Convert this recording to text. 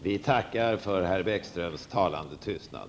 Fru talman! Vi tackar för herr Bäckströms talande tystnad.